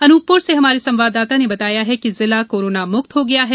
अनूपपुर से हमारे संवाददाता ने बाताया है कि जिला कोरोना मुक्त हो गया है